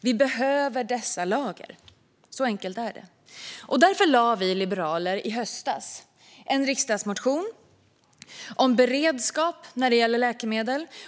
Vi behöver dessa lager - så enkelt är det. Därför väckte vi liberaler i höstas en riksdagsmotion om beredskap när det gäller läkemedel.